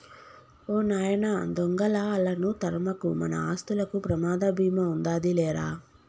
ఓ నాయన దొంగలా ఆళ్ళను తరమకు, మన ఆస్తులకు ప్రమాద భీమా ఉందాది లేరా